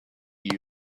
you